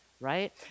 right